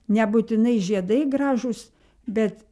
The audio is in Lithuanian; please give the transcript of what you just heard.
nebūtinai žiedai gražūs bet